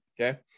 Okay